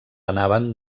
anaven